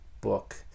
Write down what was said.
book